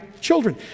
children